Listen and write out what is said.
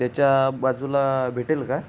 त्याच्या बाजूला भेटेल का